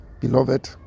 Beloved